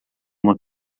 uma